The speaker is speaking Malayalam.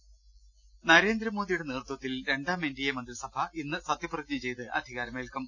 ൾ ൽ ൾ നരേന്ദ്രമോദിയുടെ നേതൃത്വത്തിൽ രണ്ടാം എൻഡിഎ മന്ത്രിസഭ ഇന്ന് സത്യപ്രതിജ്ഞ ചെയ്ത് അധികാരമേൽക്കും